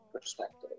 perspective